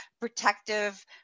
protective